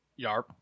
Yarp